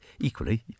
equally